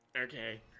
Okay